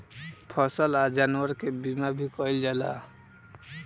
फसल आ जानवर के बीमा भी कईल जाला